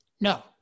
No